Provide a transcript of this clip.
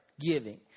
giving